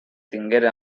tinguera